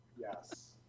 Yes